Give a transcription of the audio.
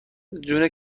جون